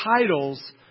titles